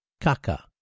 Kaka